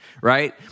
Right